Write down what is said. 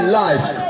life